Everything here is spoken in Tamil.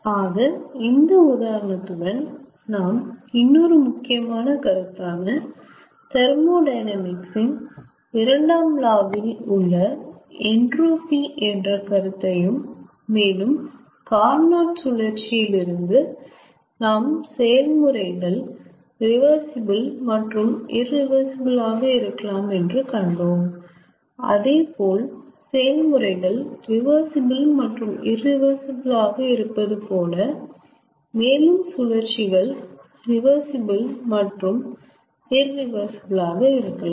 ஆக இந்த உதாரணத்துடன் நாம் இன்னொரு முக்கியமான கருத்தான தெர்மோடையனாமிக்ஸ் இன் இரண்டாம் லா வில் உள்ள என்ட்ரோபி என்ற கருத்தையும் மேலும் கார்னோட் சுழற்சியில் இருந்து நாம் செயல்முறைகள் ரிவர்சிபிள் மற்றும் இரிவர்சிபிள் ஆக இருக்கலாம் என்று கண்டோம் அதேபோல செயல்முறைகள் ரிவர்சிபிள் மற்றும் இரிவர்சிபிள் ஆக இருப்பது போல மேலும் சுழற்சிகள் ரிவர்சிபிள் மற்றும் இரிவர்சிபிள் ஆக இருக்கலாம்